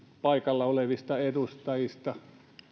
paikalla olevista edustajista